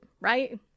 right